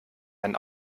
ein